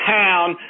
town